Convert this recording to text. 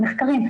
המחקרים,